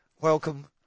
Welcome